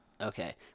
Okay